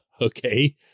okay